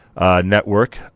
network